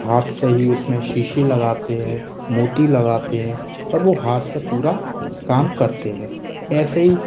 हाथ से ही उसमें शीशी लगाते है मोती लगाते है और वो हाथ से पूरा काम करते है ऐसे ही